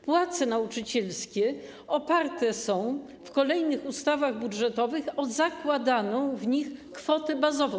Płace nauczycielskie oparte są w kolejnych ustawach budżetowych o zakładaną w nich kwotę bazową.